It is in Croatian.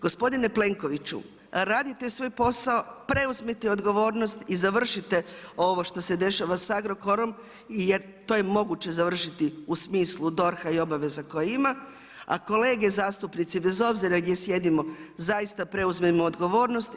Gospodine Plenkoviću, radite svoj posao, preuzmite odgovornost i završite ovo što se dešava sa Agrokorom jer to je moguće završiti u smislu DORH-a i obaveza koje ima, a kolege zastupnici bez obzira gdje sjedimo zaista preuzmemo odgovornost.